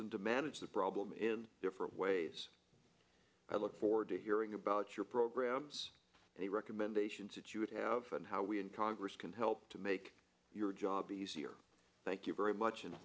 n to manage the problem in ways i look forward to hearing about your programs and the recommendations that you would have and how we in congress can help to make your job easier thank you very much and